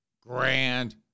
grand